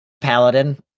paladin